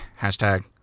hashtag